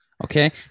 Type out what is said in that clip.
Okay